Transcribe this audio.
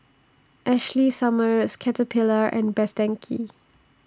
Ashley Summers Caterpillar and Best Denki